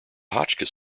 hotchkiss